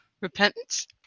Repentance